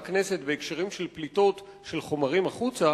של הכנסת בהקשרים של פליטות של חומרים החוצה,